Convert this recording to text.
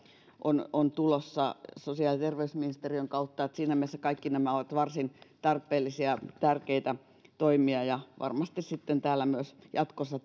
on on tulossa ja sosiaali ja terveysministeriön kautta siinä mielessä kaikki nämä ovat varsin tarpeellisia ja tärkeitä toimia ja varmasti sitten täällä myös jatkossa